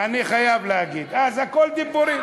אני חייב להגיד: אז הכול דיבורים.